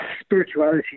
spirituality